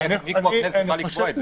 מי כמו הכנסת תוכל לקבוע את זה?